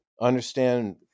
understand